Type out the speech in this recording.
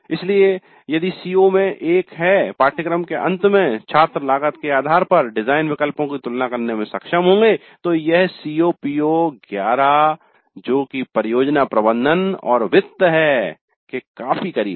इसलिए यदि सीओ में से एक है पाठ्यक्रम के अंत में छात्र लागत के आधार पर डिजाइन विकल्पों की तुलना करने में सक्षम होंगे तो यह CO PO11 जो की परियोजना प्रबंधन और वित्त है के काफी करीब है